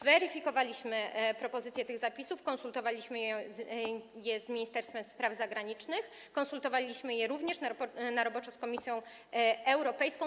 Weryfikowaliśmy propozycje tych zapisów, konsultowaliśmy je z Ministerstwem Spraw Zagranicznych, konsultowaliśmy je również na roboczo z Komisją Europejską.